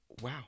wow